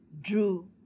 drew